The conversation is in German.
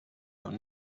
von